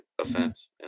offense